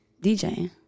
DJing